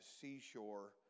seashore